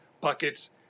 buckets